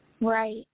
right